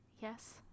yes